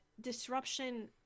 disruption